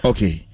Okay